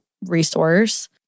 resource